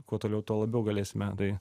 kuo toliau tuo labiau galėsime tai